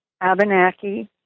Abenaki